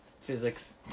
physics